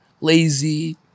lazy